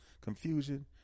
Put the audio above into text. confusion